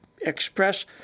express